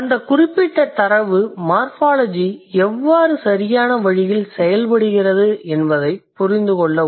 அந்தக் குறிப்பிட்ட தரவு மார்ஃபாலஜி எவ்வாறு சரியான வழியில் செயல்படுகிறது என்பதைப் புரிந்துகொள்ள உதவும்